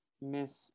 miss